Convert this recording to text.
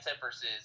versus